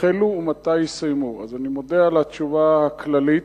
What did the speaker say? אז אני מודה על התשובה הכללית.